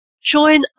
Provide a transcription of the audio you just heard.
join